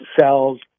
cells